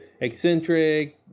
eccentric